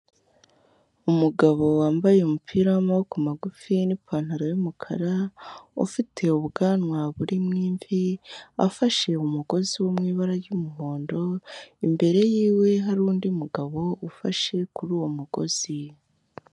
Umugabo wambaye umupira w'amaboko magufi n'ipantaro y'umukara, ufite ubwanwa burimo imvi, afashe umugozi wo mu ibara ry'umuhondo, imbere yiwe hari undi mugabo ufashe kuri uwo mugozi.